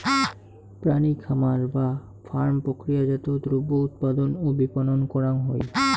প্রাণী খামার বা ফার্ম প্রক্রিয়াজাত দ্রব্য উৎপাদন ও বিপণন করাং হই